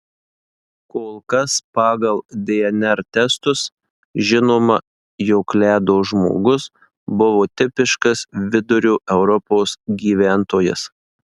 kol kas pagal dnr testus žinoma jog ledo žmogus buvo tipiškas vidurio europos gyventojas